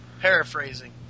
paraphrasing